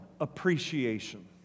appreciation